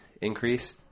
increase